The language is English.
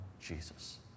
Jesus